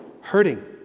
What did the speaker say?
hurting